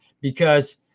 because-